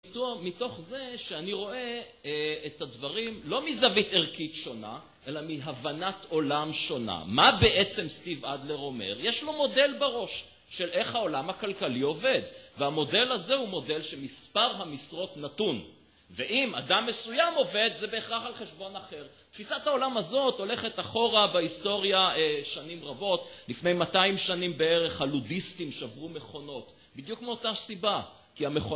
מתוך זה שאני רואה את הדברים לא מזווית ערכית שונה, אלא מהבנת עולם שונה. מה בעצם סטיב אדלר אומר? יש לו מודל בראש של איך העולם הכלכלי עובד. והמודל הזה הוא מודל שמספר המשרות נתון, ואם אדם מסוים עובד, זה בהכרח על חשבון אחר. תפיסת העולם הזאת הולכת אחורה בהיסטוריה שנים רבות, לפני 200 שנים בערך הלודיסטים שברו מכונות. בדיוק מאותה סיבה כי המכו...